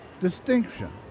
distinction